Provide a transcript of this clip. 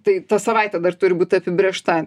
tai ta savaitė dar turi būti apibrėžta